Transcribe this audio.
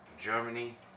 Germany